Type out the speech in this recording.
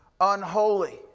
unholy